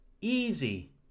Easy